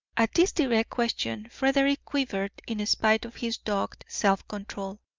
at this direct question frederick quivered in spite of his dogged self-control.